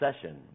session